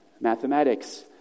Mathematics